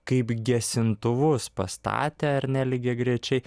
kaip gesintuvus pastatė ar ne lygiagrečiai